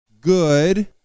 good